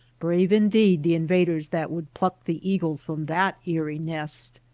brave indeed the invaders that would pluck the eagles from that eerie nest!